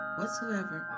Whatsoever